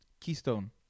Keystone